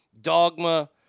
Dogma